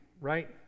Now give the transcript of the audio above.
right